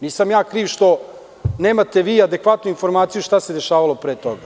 Nisam ja kriv što nemate adekvatnu informaciju šta se dešavalo pre toga.